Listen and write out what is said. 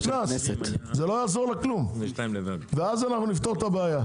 לא יעזור לה כלופ, ואז נפתור את העיבה.